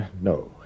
No